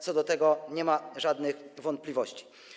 Co do tego nie ma żadnych wątpliwości.